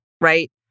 right